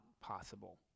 possible